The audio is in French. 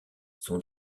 son